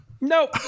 Nope